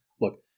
look